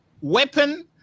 weapon